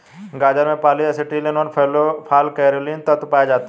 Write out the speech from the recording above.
गाजर में polyacetylene व फालकैरिनोल तत्व पाया जाता है